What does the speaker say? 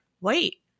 wait